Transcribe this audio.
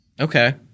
Okay